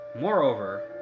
Moreover